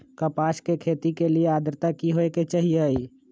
कपास के खेती के लेल अद्रता की होए के चहिऐई?